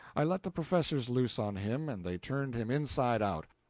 i let the professors loose on him and they turned him inside out,